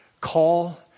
call